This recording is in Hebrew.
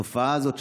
התופעה הזאת,